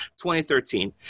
2013